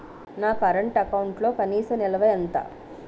నా కరెంట్ అకౌంట్లో కనీస నిల్వ ఎంత?